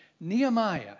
Nehemiah